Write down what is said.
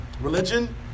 religion